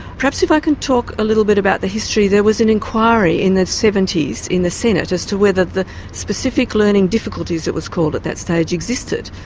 perhaps if i can talk a little bit about the history there was an inquiry in the seventy s so in the senate as to whether the specific learning difficulties it was called at that stage existed.